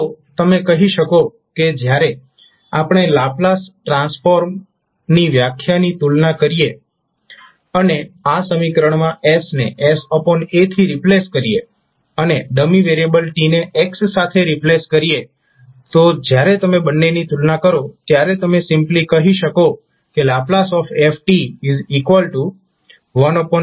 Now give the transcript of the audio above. તો તમે કહી શકો કે જ્યારે આપણે લાપ્લાસ ટ્રાન્સફોર્મની વ્યાખ્યાની તુલના કરીએ અને આ સમીકરણમાં s ને sa થી રિપ્લેસ કરીએ અને ડમી વેરિયેબલ t ને x સાથે રિપ્લેસ કરીએ તો જ્યારે તમે બંનેની તુલના કરો ત્યારે તમે સિમ્પલી કહી શકો ℒ f1aF છે